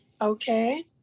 okay